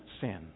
sin